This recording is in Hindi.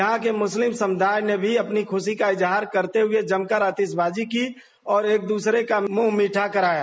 यहां के मुस्लिम समुदाय ने भी अपनी खुशी का इजहार करते हुए जमकर आतिशबाजी की और एक दूसरे का मुंह मीठा कराया